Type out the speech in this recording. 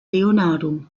leonardo